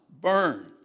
burn